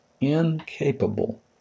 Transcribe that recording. incapable